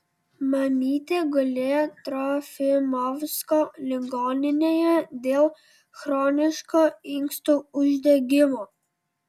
mamytė gulėjo trofimovsko ligoninėje dėl chroniško inkstų uždegimo